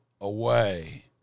away